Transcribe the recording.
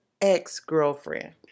ex-girlfriend